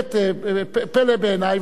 באמת פלא בעיני,